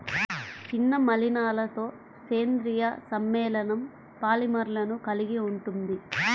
చిన్న మలినాలతోసేంద్రీయ సమ్మేళనంపాలిమర్లను కలిగి ఉంటుంది